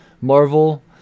Marvel